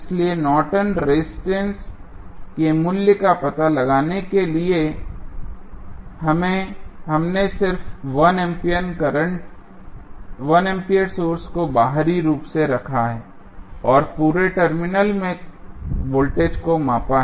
इसलिए Norton resistance Nortons resistance के मूल्य का पता लगाने के लिए हमने सिर्फ 1 एम्पीयर सोर्स को बाहरी रूप से रखा और पूरे टर्मिनल में वोल्टेज को मापा